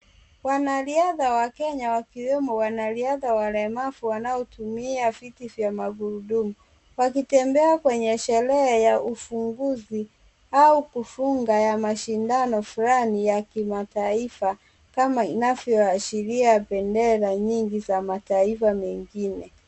Wanariadha wa Kenya wakiwemo wanariadha walemavu wanaotumia viti vya magurudumu, wakitembea kwenye sherehe ya ufunguzi, au kufunga ya mashindano fulani ya kimataifa, kama inavyoashiria bendera nyingi za mataifa mengine.